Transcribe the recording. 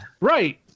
right